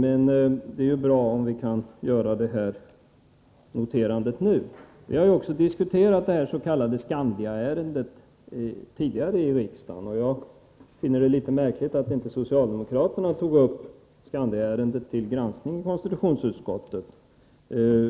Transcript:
Men det är bra om vi kan notera detta nu. Vi har tidigare diskuterat det s.k. Skandiaärendet i riksdagen. Jag finner det märkligt att socialdemokraterna inte tog upp det ärendet till granskning i konstitutionsutskottet,